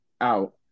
out